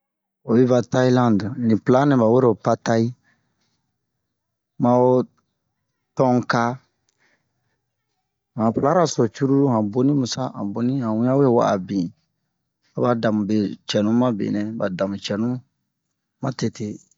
oyi va Tayilande ni pla nɛ ɓa wero patayi ma ho tonka han plaraso jurulu han boni sa han boni han hinɲan we wa'a bin wa da mube cɛnu mabenɛ ɓa damu cɛnu matete